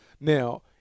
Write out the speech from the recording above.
Now